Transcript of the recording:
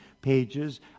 pages